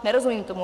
Nerozumím tomu.